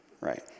Right